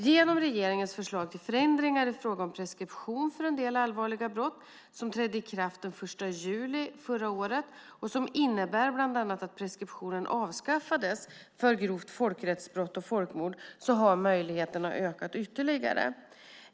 Genom regeringens förslag till förändringar i fråga om preskription för en del allvarliga brott som trädde i kraft den 1 juli förra året och som bland annat innebär att preskriptionen avskaffades för grovt folkrättsbrott och folkmord, har möjligheterna ökat ytterligare.